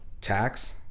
tax